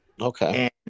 Okay